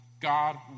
God